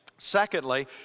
Secondly